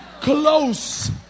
close